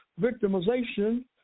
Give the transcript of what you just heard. victimization